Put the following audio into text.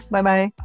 Bye-bye